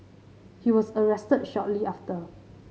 he was arrested shortly after